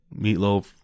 Meatloaf